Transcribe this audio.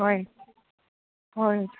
হয় হয়